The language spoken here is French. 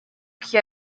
qui